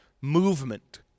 movement